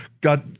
God